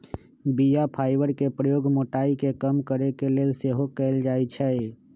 बीया फाइबर के प्रयोग मोटाइ के कम करे के लेल सेहो कएल जाइ छइ